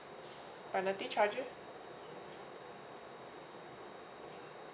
penalty charger